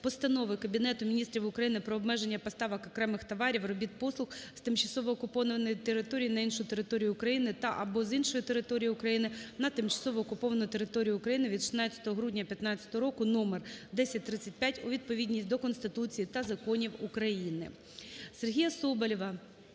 Постанови Кабінету Міністрів України "Про обмеження поставок окремих товарів (робіт, послуг) з тимчасово окупованої території на іншу територію України та/або з іншої території України на тимчасово окуповану територію України" від 16 грудня 2015 року № 1035 у відповідність до Конституції та законів України. Сергія Соболєва